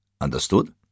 Understood